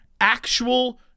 actual